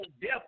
death